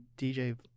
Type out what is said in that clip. DJ